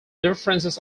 differences